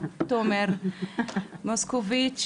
מאוד שמחה לקיים את הדיון החשוב בנוכחות תומר מוסקוביץ',